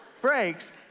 breaks